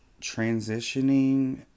transitioning